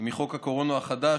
לחוק הקורונה החדש.